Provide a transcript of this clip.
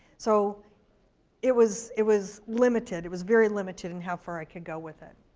so it was it was limited. it was very limited in how far i could go with it.